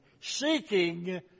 seeking